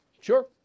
Sure